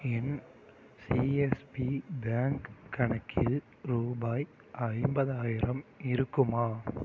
என் CSP bank கணக்கில் ரூபாய் ஐம்பதாயிரம் இருக்குமா